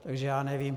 Takže já nevím.